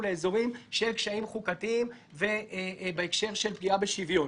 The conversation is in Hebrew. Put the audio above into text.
לאזורים של קשיים חוקתיים ובהקשר של פגיעה בשוויון.